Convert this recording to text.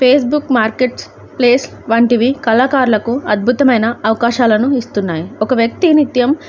Facebook markets place వంటివి కళాకారులకు అద్భుతమైన అవకాశాలను ఇస్తున్నాయి ఒక వ్యక్తి నిత్యం